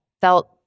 felt